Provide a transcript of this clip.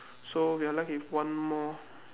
so we're left with one more